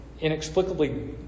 inexplicably